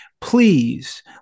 Please